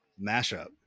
mashup